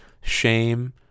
shame